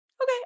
okay